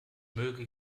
möge